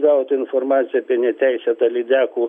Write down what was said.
gautą informaciją apie neteisėtą lydekų